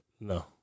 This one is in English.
No